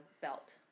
belt